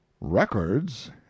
records